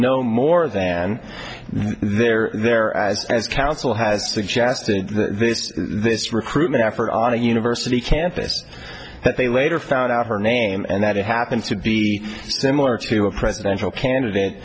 no more than they're there as as counsel has suggested this recruitment effort on a university campus that they later found out her name and that it happens to be similar to a presidential candidate